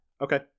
Okay